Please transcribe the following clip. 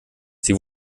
sie